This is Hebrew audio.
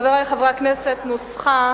חברי חברי הכנסת, נוסחה